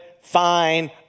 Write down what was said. fine